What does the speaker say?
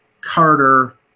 Carter